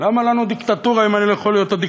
למה לנו דיקטטורה אם אני לא יכול הדיקטטור?